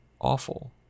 awful